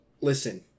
Listen